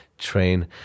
Train